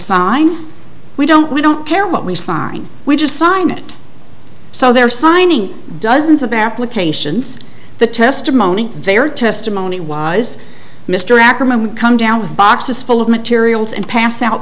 sign we don't we don't care what we sign we just sign it so they're signing dozens of applications the testimony their testimony was mr ackerman would come down with boxes full of materials and pass out